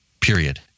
period